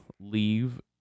leave